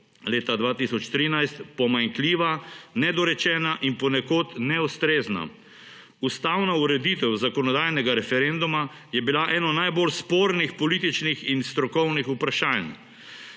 leta 2013 pomanjkljiva, nedorečena in ponekod neustrezna. Ustavna ureditev zakonodajnega referenduma je bila eno najbolj spornih političnih in strokovnih vprašanj.